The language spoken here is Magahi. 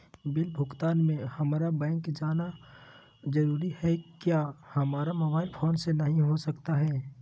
बिल भुगतान में हम्मारा बैंक जाना जरूर है क्या हमारा मोबाइल फोन से नहीं हो सकता है?